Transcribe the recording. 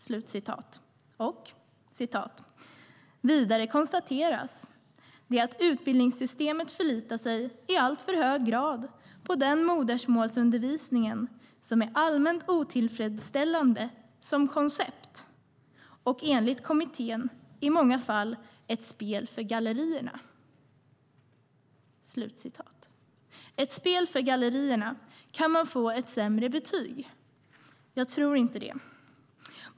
Europarådet fortsätter: "Vidare konstateras det att utbildningssystemet förlitar sig i alltför hög grad på den modersmålsundervisningen som är allmänt otillfredsställande som koncept och enligt kommittén i många fall ett spel för gallerierna". Ett spel för gallerierna - kan man få ett sämre betyg? Jag tror inte det.